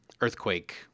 earthquake